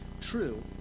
true